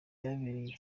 byahereye